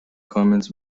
comments